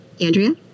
Andrea